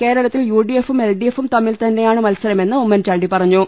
കേരളത്തിൽ U D എഫും L D എഫും തമ്മിൽ തന്നെയാണ് മത്സ രമെന്ന് ഉമ്മൻചാണ്ടി പറഞ്ഞു